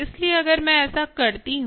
इसलिए अगर मैं ऐसा करती हूं